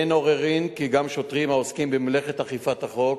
אין עוררין כי גם שוטרים העוסקים במלאכת אכיפת החוק,